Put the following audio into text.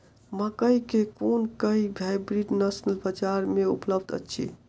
मकई केँ कुन केँ हाइब्रिड नस्ल बजार मे उपलब्ध अछि?